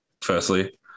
firstly